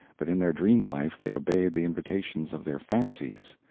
but in their dream life they obeyed the invitations of their fancies,